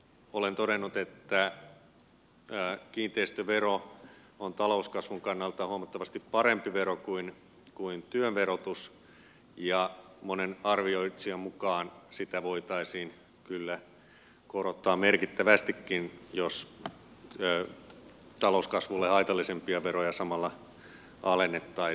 olen todennut että kiinteistövero on talouskasvun kannalta huomattavasti parempi vero kuin työn verotus ja monen arvioitsijan mukaan sitä voitaisiin kyllä korottaa merkittävästikin jos talouskasvulle haitallisempia veroja samalla alennettaisiin